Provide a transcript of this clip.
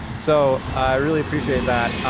so, i really appreciate that.